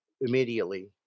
immediately